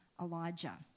Elijah